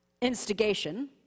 instigation